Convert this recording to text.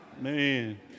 man